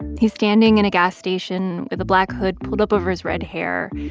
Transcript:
he's standing in a gas station with a black hood pulled up over his red hair.